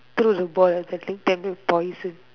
throw the ball at the thing then will poison